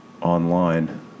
online